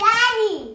Daddy